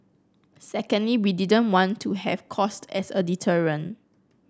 secondly we didn't want to have cost as a deterrent